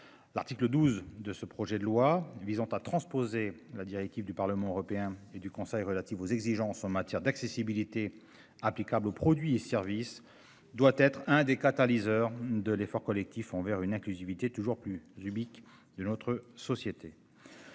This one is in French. L'article 12 de ce projet de loi visant à transposer la directive du Parlement européen et du Conseil relative aux exigences en matière d'accessibilité applicable aux produits et services doit être un des catalyseurs de l'effort collectif on vers une inclusivité toujours plus du Bic de notre société.